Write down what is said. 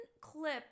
clip